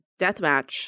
deathmatch